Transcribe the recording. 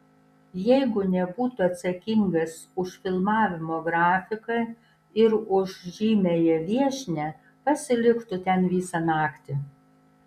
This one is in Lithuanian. jeigu nebūtų atsakingas už filmavimo grafiką ir už žymiąją viešnią pasiliktų ten visą naktį